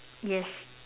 yes